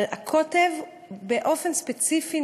אבל הקוטב באופן ספציפי,